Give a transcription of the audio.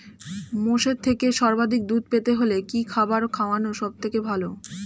মোষের থেকে সর্বাধিক দুধ পেতে হলে কি খাবার খাওয়ানো সবথেকে ভালো?